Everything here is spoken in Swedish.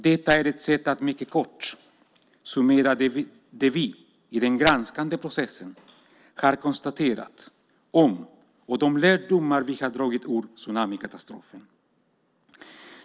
Detta är ett sätt att mycket kort summera det som vi i den granskande processen har konstaterat om och de lärdomar som vi har dragit av tsunamikatastrofen.